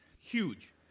Huge